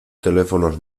teléfonos